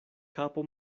kapo